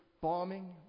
bombing